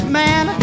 man